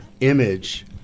image